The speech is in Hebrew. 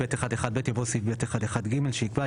(ב1)(1)(ב) יבוא סעיף (ב1)(1)(ג) שיקבע,